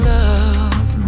love